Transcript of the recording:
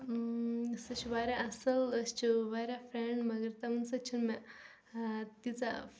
سُہ چھِ واریاہ اَصٕل أسۍ چھِ واریاہ فرٛٮ۪نٛڈ مگر تِمَن سۭتۍ چھِنہٕ مےٚ تیٖژاہ